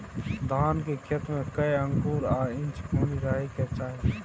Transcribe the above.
धान के खेत में कैए आंगुर आ इंच पानी रहै के चाही?